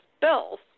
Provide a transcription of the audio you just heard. bills